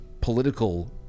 Political